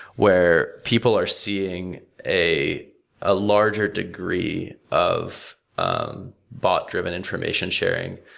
where people are seeing a ah larger degree of um bot-driven information sharing.